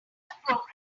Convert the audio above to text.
programming